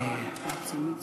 גם מתנגד לייצוג